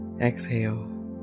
Exhale